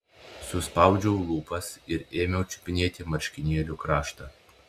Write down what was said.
suspaudžiau lūpas ir ėmiau čiupinėti marškinėlių kraštą